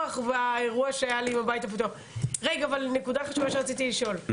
נקודה חשובה שרציתי לשאול,